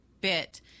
bit